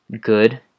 good